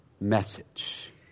message